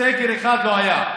סגר אחד לא היה.